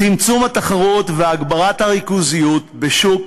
צמצום התחרות והגברת הריכוזיות בשוק